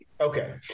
Okay